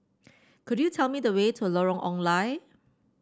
could you tell me the way to Lorong Ong Lye